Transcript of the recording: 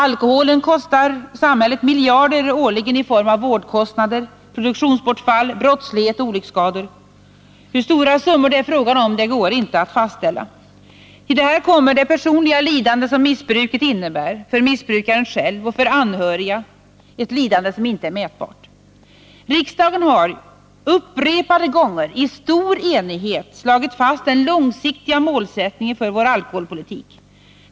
Alkoholen kostar samhället miljarder årligen i form av vårdkostnader, produktionsbortfall, brottslighet och olycksskador. Hur stora summor det är fråga om går inte att fastställa. Till detta kommer det personliga lidande som missbruket innebär, för missbrukaren själv och för anhöriga; ett lidande som inte är mätbart. Riksdagen har upprepade gånger i stor enighet slagit fast den långsiktiga målsättningen för vår alkoholpolitik.